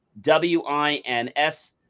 W-I-N-S